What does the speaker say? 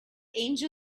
angel